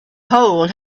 hole